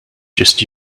just